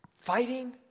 fighting